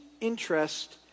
interest